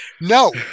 No